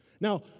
Now